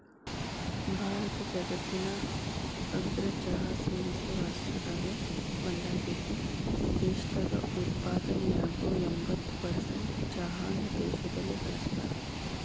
ಭಾರತ ಜಗತ್ತಿನ ಅಗ್ರ ಚಹಾ ಸೇವಿಸೋ ರಾಷ್ಟ್ರದಾಗ ಒಂದಾಗೇತಿ, ದೇಶದಾಗ ಉತ್ಪಾದನೆಯಾಗೋ ಎಂಬತ್ತ್ ಪರ್ಸೆಂಟ್ ಚಹಾನ ದೇಶದಲ್ಲೇ ಬಳಸ್ತಾರ